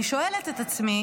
אני שואלת את עצמי